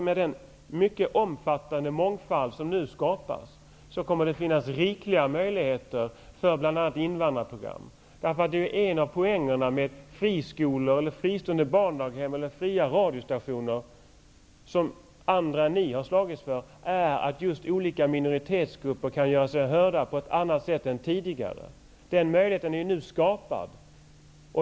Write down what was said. Med den mycket omfattande mångfald som nu skapas kommer det att finnas rikligt med möjligheter för bl.a. invandrarprogram. En poäng med de friskolor, fristående barndaghem eller fria radiostationer som andra än ni har slagits för är ju just att olika minoritetsgrupper kan göra sig hörda på ett annat sätt än tidigare. Den möjligheten har härmed skapats.